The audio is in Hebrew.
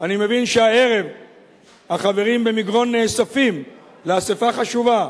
אני מבין שהערב החברים במגרון נאספים לאספה חשובה,